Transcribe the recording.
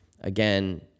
again